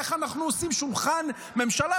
איך אנחנו עושים שולחן ממשלה,